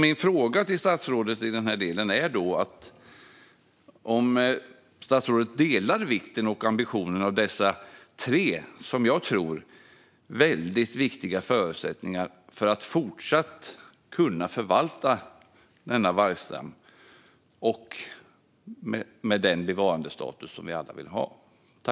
Min fråga till statsrådet är: Delar statsrådet ambitionen och håller statsrådet med om vikten av dessa tre, som jag tror, väldigt viktiga förutsättningar för att fortsatt kunna förvalta vargstammen med den bevarandestatus som vi alla vill ha?